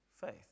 faith